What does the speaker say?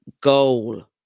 goal